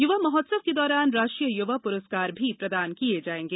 युवा महोत्सव के दौरान राष्ट्रीय युवा पुरस्कार भी प्रदान किये जायेंगे